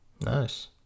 nice